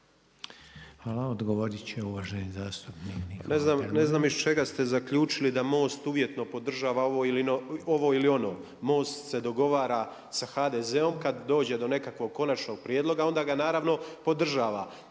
Grmoja. **Grmoja, Nikola (MOST)** Ne znam iz čega ste zaključili da MOST uvjetno podržava ovo ili ono. MOST se dogovara sa HDZ-om, kada dođe do nekakvog konačnog prijedloga onda ga naravno podržava.